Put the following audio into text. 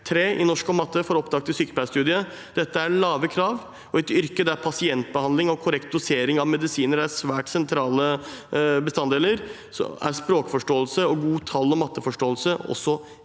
3 i norsk og matematikk for opptak til sykepleierstudiet. Dette er lave krav, og i et yrke der pasientbehandling og korrekt dosering av medisiner er svært sentrale bestanddeler, er også språkforståelse og god tall- og matematikkforståelse